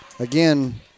Again